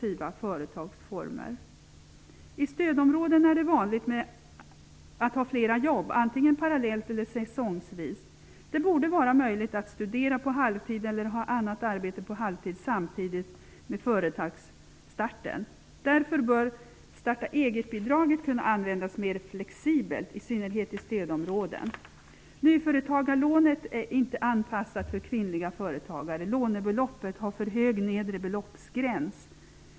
I stödområdena är det vanligt att ha flera jobb, antingen parallellt eller säsongsvis. Det borde vara möjligt att studera på halvtid eller ha annat arbete på halvtid samtidigt som man startar eget företag. Därför bör starta-eget-bidraget kunna användas mer flexibelt, i synnerhet i stödområden. Nyföretagarlånet är inte anpassat för kvinnliga företagare. Lånebeloppet har för hög nedre beloppsgräns.